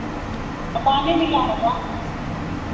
तो पानी मिला होगा